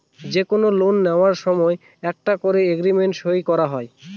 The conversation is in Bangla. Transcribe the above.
যে কোনো লোন নেওয়ার সময় একটা করে এগ্রিমেন্ট সই করা হয়